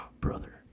Brother